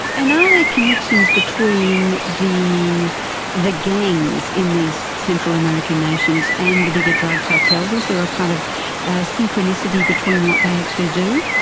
and are there connections between the the gangs in these central american nations and the bigger drug cartels? is there a kind of synchronicity between what they actually do?